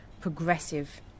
progressive